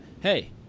hey